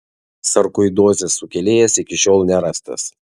sarkoidozės sukėlėjas iki šiol nerastas